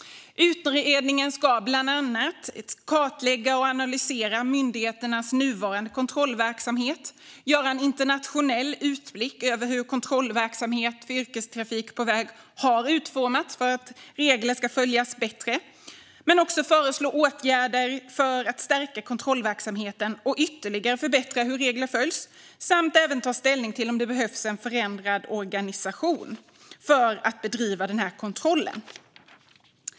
Utredningen ska bland annat kartlägga och analysera myndigheternas nuvarande kontrollverksamhet, göra en internationell utblick över hur kontrollverksamhet för yrkestrafik på väg har utformats för att regler ska följas bättre, föreslå åtgärder för att stärka kontrollverksamheten och ytterligare förbättra hur regler följs samt ta ställning till om det behövs en förändrad organisation för att bedriva denna kontroll.